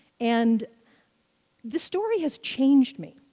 and this story has changed me.